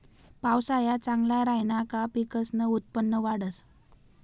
पावसाया चांगला राहिना का पिकसनं उत्पन्न वाढंस